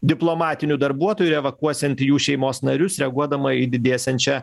diplomatinių darbuotojų evakuosianti jų šeimos narius reaguodama į didėsiančią